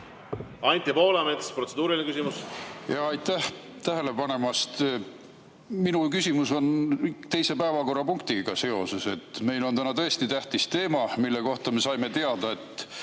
Anti Poolamets, protseduuriline küsimus. Aitäh tähele panemast! Minu küsimus on seotud teise päevakorrapunktiga. Meil on täna tõesti tähtis teema, mille kohta me saime teada, et